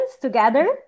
together